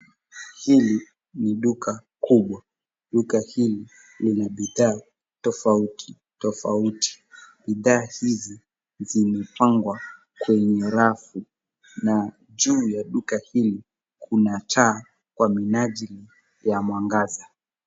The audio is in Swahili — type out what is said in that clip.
Hili ni duka kubwa. Duka hili lina bidhaa tofauti tofauti. Bidhaa hizi zimepangwa kwenye rafu. Na juu ya duka hili, kuna taa kwa minajili ya mwangaza.